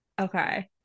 Okay